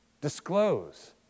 Disclose